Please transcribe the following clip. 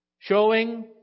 Showing